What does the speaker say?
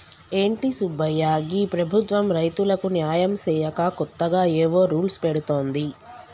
ఏంటి సుబ్బయ్య గీ ప్రభుత్వం రైతులకు న్యాయం సేయక కొత్తగా ఏవో రూల్స్ పెడుతోంది